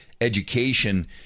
education